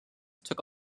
took